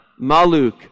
Maluk